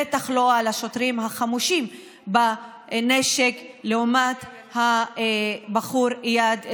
בטח לא על השוטרים החמושים בנשק לעומת הבחור איאד אלחלאק.